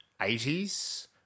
80s